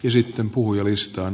sitten puhujalistaan